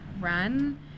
run